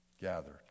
gathered